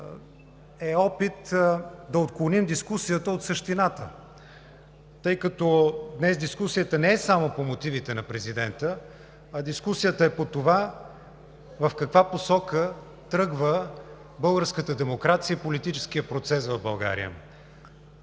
е опит, да отклоним дискусията от същината, тъй като днес дискусията не е само по мотивите на президента, а дискусията е по това в каква посока тръгва българската демокрация и политическият процес в България.